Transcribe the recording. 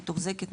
מתוחזקת,